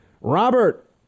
Robert